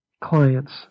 clients